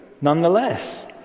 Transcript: nonetheless